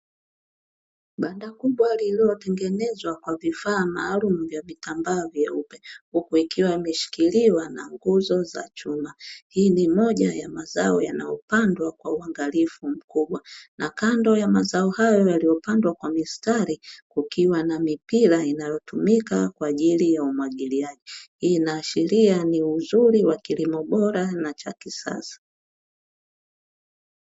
Banda kubwa lililotengenezwa kwa vifaa maalumu vya vitambaa vyeupe, huku ikiwa imeshikiliwa na nguzo za chuma. Hii ni moja ya mazao yanayopandwa kwa uangalifu mkubwa na kando ya mazao hayo yaliyopandwa kwa mistari, kukiwa na mipira inayotumika kwa ajili ya umwagiliaji, inaashiria ni uzuri wa kilimo bora na cha kisasa.